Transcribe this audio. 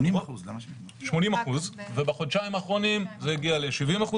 80%. 80%, ובחודשיים האחרונים זה הגיע ל-70%.